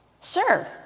Sir